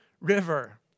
River